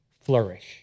flourish